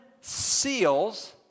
seals